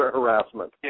harassment